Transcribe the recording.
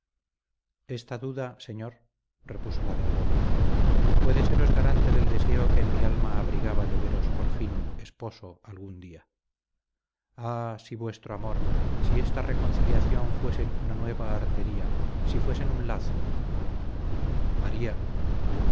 esta duda señor repuso la de albornoz puede seros garante del deseo que en mi alma abrigaba de veros por fin esposo algún día ah si vuestro amor si esta reconciliación fuesen una nueva artería si fuesen un lazo maría